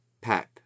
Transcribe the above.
pep